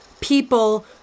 people